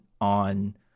on